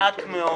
מעט מאוד